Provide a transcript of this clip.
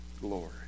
glory